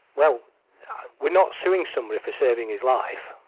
well we're not suing somebody for saving his life,